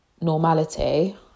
normality